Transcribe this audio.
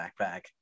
backpack